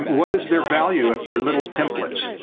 what is their value if they're little templates.